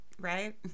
right